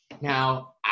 Now